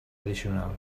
addicional